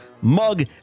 mug